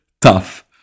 tough